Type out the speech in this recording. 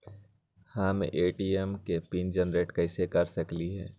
हम ए.टी.एम के PIN generate कईसे कर सकली ह?